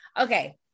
Okay